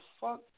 fuck